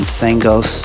singles